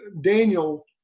Daniel